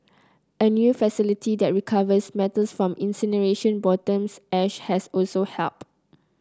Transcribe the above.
a new facility that recovers metals from incineration bottom ash has also helped